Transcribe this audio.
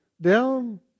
down